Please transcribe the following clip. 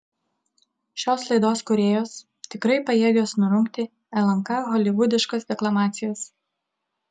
šios laidos kūrėjos tikrai pajėgios nurungti lnk holivudiškas deklamacijas